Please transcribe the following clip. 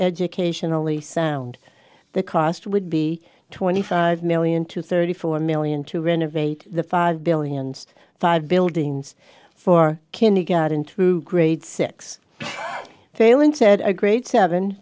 educationally sound the cost would be twenty five million to thirty four million to renovate the five billions five buildings for kindergarten through grade six failing to add a grade seven